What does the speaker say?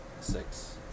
Six